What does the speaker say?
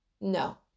No